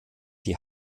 die